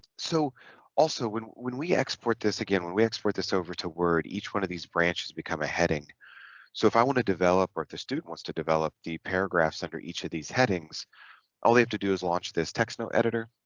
so also when when we export this again when we export this over to word each one of these branches become a heading so if i want to develop what the student wants to develop the paragraphs under each of these headings all they have to do is launch this text note editor